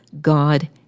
God